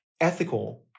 ethical